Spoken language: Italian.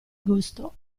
gusto